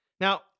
Now